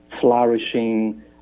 flourishing